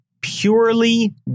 purely